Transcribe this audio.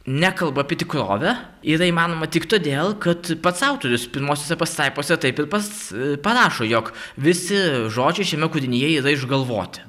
nekalba apie tikrovę yra įmanoma tik todėl kad pats autorius pirmosiose pastraipose taip ir pas parašo jog visi žodžiai šiame kūrinyje yra išgalvoti